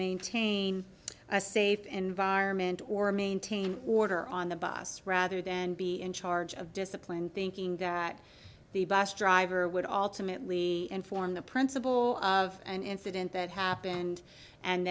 maintain a safe environment or maintain order on the bus rather than be in charge of discipline thinking that the vast driver would all timidly inform the principal of an incident that happened and